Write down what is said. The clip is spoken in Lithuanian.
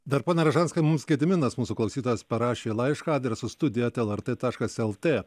dar pone ražanskai mums gediminas mūsų klausytojas parašė laišką adresu studija eta lrt taškas lt